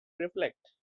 reflect